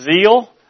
Zeal